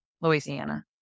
Louisiana